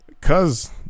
Cause